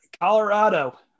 Colorado